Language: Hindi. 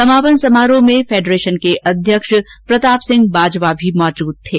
समापन समारोह में फैडरेशन के अध्यक्ष प्रताप सिंह बाजवा भी मौजूद थे